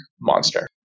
monster